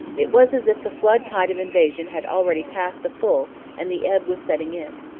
it was as if the flood tide of invasion had already passed the full and the ebb was setting in.